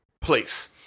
place